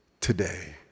today